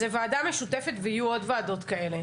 זו ועדה משותפת ויהיו עוד ועדות כאלה.